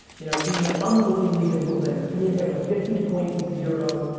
you know these are unbelievable difficult things. to me it's like a fifty point zero,